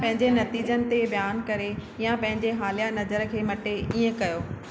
पंहिंजे नतीजनि ते बयानु करे या पंहिंजे हालिया नज़र खे मटे ईअं कयो